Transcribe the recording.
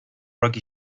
rocky